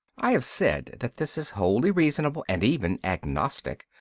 i have said that this is wholly reasonable and even agnostic.